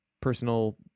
personal